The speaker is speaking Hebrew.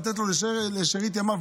לתת לו לשארית ימיו,